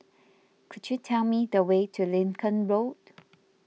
could you tell me the way to Lincoln Road